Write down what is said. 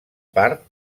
part